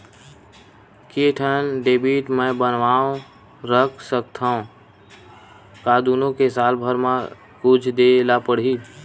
के ठन डेबिट मैं बनवा रख सकथव? का दुनो के साल भर मा कुछ दे ला पड़ही?